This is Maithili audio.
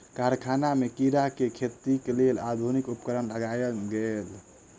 कारखाना में कीड़ा के खेतीक लेल आधुनिक उपकरण लगायल गेल